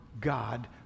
God